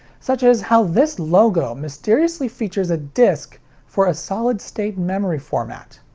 such as how this logo mysteriously features a disc for a solid state memory format.